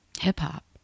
hip-hop